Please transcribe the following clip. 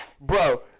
Bro